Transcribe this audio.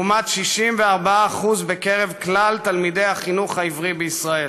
לעומת 64% בקרב כלל תלמידי החינוך העברי בישראל,